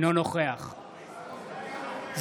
אינו נוכח דוד אמסלם,